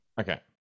Okay